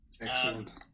Excellent